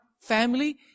family